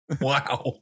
wow